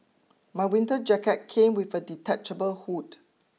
my winter jacket came with a detachable hood